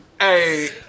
Hey